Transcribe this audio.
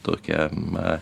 tokia na